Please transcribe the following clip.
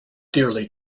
dearly